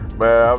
man